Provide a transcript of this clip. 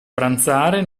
pranzare